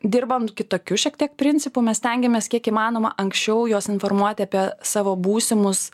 dirbam kitokiu šiek tiek principu mes stengiamės kiek įmanoma anksčiau juos informuoti apie savo būsimus